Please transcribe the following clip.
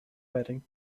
wedding